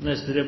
Jeg